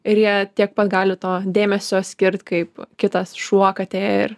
ir jie tiek pat gali to dėmesio skirt kaip kitas šuo katė ir